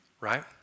right